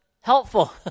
helpful